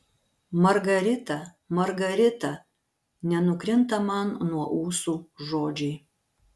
margarita margarita nenukrinta man nuo ūsų žodžiai